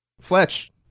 Fletch